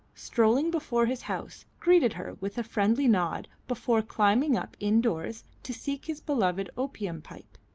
strolling before his house, greeted her with a friendly nod before climbing up indoors to seek his beloved opium pipe.